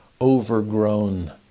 overgrown